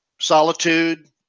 solitude